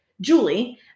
Julie